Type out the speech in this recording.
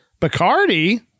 Bacardi